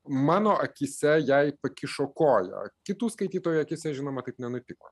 mano akyse jai pakišo koją kitų skaitytojų akyse žinoma taip nenutiko